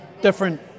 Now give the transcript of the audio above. different